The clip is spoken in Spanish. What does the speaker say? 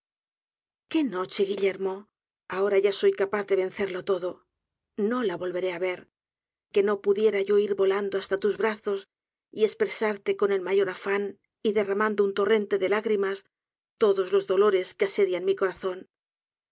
qué noche guillermo ahora ya soy capaz de vencerlo todo ñola volveré á ver qué no pudiera yo ir volando hasta tus brazos y espresarte con el mayor afán y darramando un torrente de lágrimas todos los dolores que asedian mi corazón